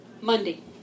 Monday